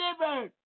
delivered